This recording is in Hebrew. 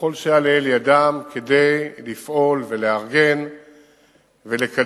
ככל שהיה לאל ידם, כדי לפעול ולארגן ולקדם